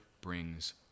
brings